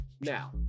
Now